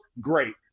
great